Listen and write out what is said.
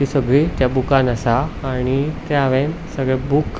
ती सगळी त्या बुकान आसा आनी ही सगळी हांवें सगळें बूक